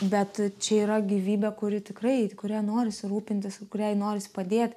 bet čia yra gyvybė kuri tikrai kuria norisi rūpintis kuriai norisi padėt